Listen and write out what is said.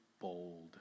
bold